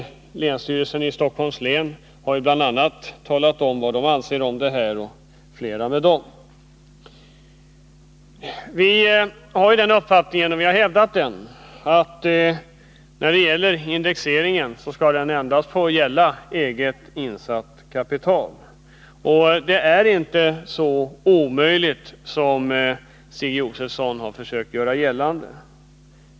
a. länsstyrelsen i Stockholms län har talat om vad den anser om det här. Vi har den uppfattningen — och vi har hävdat den — att indexeringen endast skall gälla eget insatt kapital. Det är inte så omöjligt som Stig Josefson har försökt göra gällande.